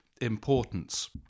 importance